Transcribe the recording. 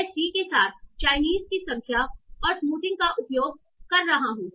मैं c के साथ चाइनीस की संख्या और स्मूथिंग का उपयोग कर रहा हूं